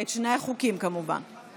את שני החוקים, כמובן.